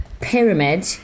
pyramid